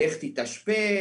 'לך תתאשפז,